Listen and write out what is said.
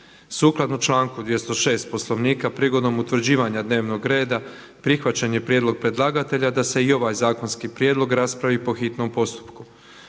Sukladno članku 206 Poslovnika prigodom utvrđivanja dnevnog reda prihvaćen je prijedlog predlagatelja da se i ovaj zakonski prijedlog raspravi po hitnom postupku.